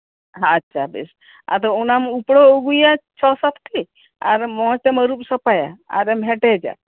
ᱟᱪᱪᱷᱟ ᱵᱮᱥ ᱟᱫᱚ ᱚᱱᱟᱢ ᱩᱯᱲᱟᱣ ᱟᱹᱜᱩᱭᱟ ᱪᱷᱚ ᱥᱟᱛᱴᱤ ᱟᱨ ᱢᱚᱸᱡ ᱴᱮᱢ ᱟᱹᱨᱩᱵ ᱥᱟᱯᱷᱟᱭᱟ ᱟᱨᱮᱢ ᱦᱮᱰᱮᱡᱟ